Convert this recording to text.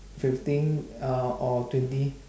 fifteen uh or twenty